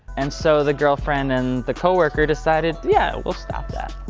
and so the girlfriend and the coworker decided, yeah, we'll stop that.